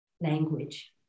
language